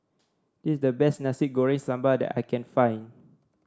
this is the best Nasi Goreng Sambal that I can find